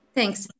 Thanks